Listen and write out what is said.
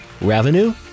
revenue